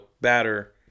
batter